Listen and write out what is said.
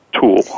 tool